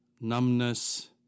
numbness